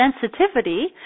sensitivity